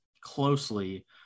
closely